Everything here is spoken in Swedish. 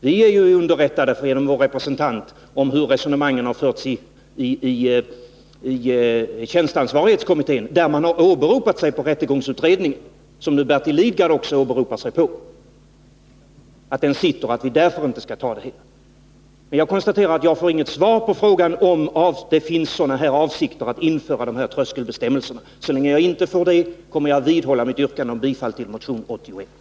Vi är ju genom vår representant underrättade om hur resonemangen förts i tjänsteansvarighetskommittén, där man åberopade sig på rättegångsutredningen, som nu också Bertil Lidgard åberopar sig på. Jag konstaterar att jag inte får något svar på frågan om man har för avsikt att införa dessa tröskelbestämmelser. Så länge jag inte får det kommer jag att vidhålla mitt yrkande om bifall till motion 81.